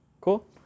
Cool